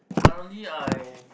currently I